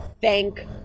Thank